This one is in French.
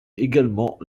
également